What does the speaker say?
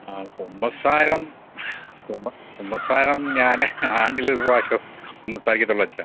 ആ കുമ്പസാരം കുമ്പസാരം ഞാൻ ആണ്ടിലൊരു പ്രാവശ്യം കുമ്പസാരിക്കത്തുള്ളൂ അച്ഛാ